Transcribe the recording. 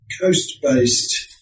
coast-based